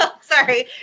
sorry